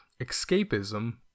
escapism